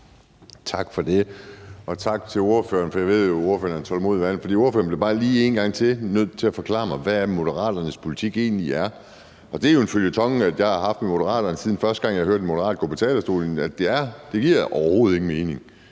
Tak for det, og tak til ordføreren. Jeg ved jo, ordføreren er en tålmodig mand, og ordføreren bliver bare lige en gang til nødt til at forklare mig, hvad Moderaternes politik egentlig er. Det er jo en føljeton, jeg har haft med Moderaterne, siden første gang jeg hørte en fra Moderaterne gå på talerstolen – det giver overhovedet ingen mening,